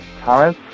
Thomas